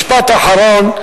משפט אחרון,